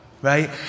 right